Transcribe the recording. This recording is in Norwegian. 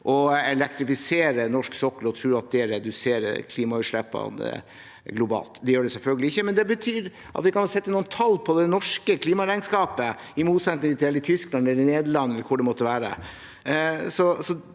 å elektrifisere norsk sokkel og tro at det reduserer klimautslippene globalt. Det gjør det selvfølgelig ikke. Men det betyr at vi kan sette noen tall på det norske klimaregnskapet, i motsetning til i Tyskland, i Nederland eller hvor det måtte være.